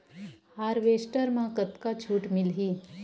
Harvester म कतका छूट मिलही?